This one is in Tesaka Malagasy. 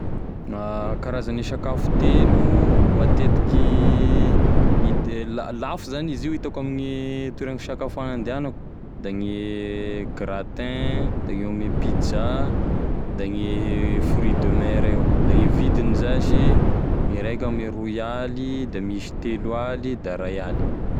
Karazane sakafo telo, matetiky hit- lafo zany izy io hitako ame toera fisakafoagna andehanako da gne gratin da gne pizza da gne fruit de mer io avao da e vidigny zash gne raiky ame roy aly da misy telo aly da ray aly.